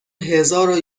هزارو